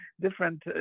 different